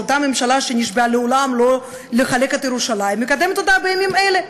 אותה ממשלה שנשבעה לעולם לא לחלק את ירושלים מקדמת אותה בימים אלה,